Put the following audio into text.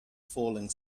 falling